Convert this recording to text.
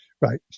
Right